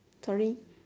sorry